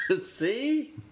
See